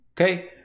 okay